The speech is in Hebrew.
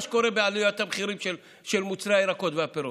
מה שקורה עם עליית המחירים של מוצרי הירקות והפירות,